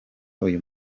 uyu